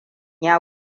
ya